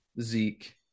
Zeke